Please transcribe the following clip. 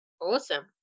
Awesome